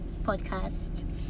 podcast